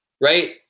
Right